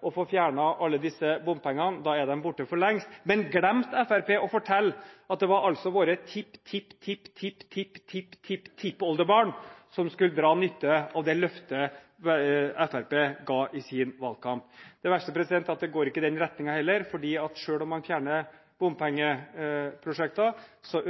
å få fjernet alle disse bompengene. Da er de borte for lengst. Men glemte Fremskrittspartiet å fortelle at det altså var våre tipptipptipptipptipptipptipptippoldebarn som skulle dra nytte av det løftet Fremskrittspartiet ga i sin valgkamp? Det verste er at det går ikke i den retningen heller, for selv om man fjerner bompengeprosjekter,